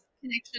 connection